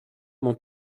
mon